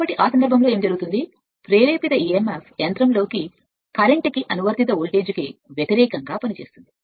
కాబట్టి ఆ సందర్భంలో ఏమి జరుగుతుంది ప్రేరేపిత emf యంత్రంలోని కరెంట్ కి వ్యతిరేకంగా పనిచేస్తుంది మరియు అందువల్ల అనువర్తిత వోల్టేజ్కు పనిచేస్తుంది